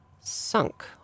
sunk